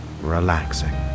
relaxing